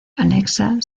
anexa